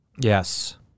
Yes